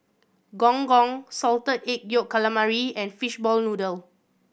Gong Gong Salted Egg Yolk Calamari and fishball noodle